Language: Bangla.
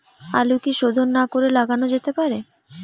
আলু কি শোধন না করে লাগানো যেতে পারে?